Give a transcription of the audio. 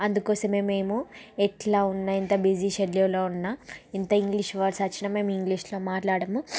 అందుకోసమే మేము ఎట్లా ఉన్నా ఎంత బిజీ షెడ్యూల్లో ఉన్న ఇంత ఇంగ్లిష్ వర్డ్స్ వచ్చిన మేము ఇంగ్లీష్లో మాట్లాడము